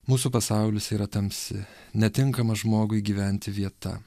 mūsų pasaulis yra tamsi netinkama žmogui gyventi vieta